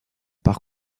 par